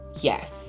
yes